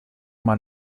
mal